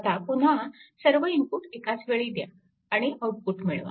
आता पुन्हा सर्व इनपुट एकाचवेळी द्या आणि आउटपुट मिळवा